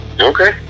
Okay